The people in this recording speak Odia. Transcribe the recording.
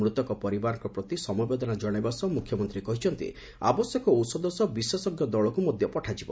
ମୃତକ ପରିବାର ପ୍ରତି ସମବେଦନା ଜଣାଇବା ସହ ମୁଖ୍ୟମନ୍ତ୍ରୀ କହିଛନ୍ତି ଆବଶ୍ୟକ ଔଷଧ ସହ ବିଶେଷଜ୍ଞ ଦଳଙ୍କୁ ମଧ୍ୟ ପଠାଯିବ